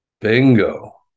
Bingo